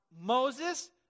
Moses